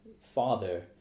father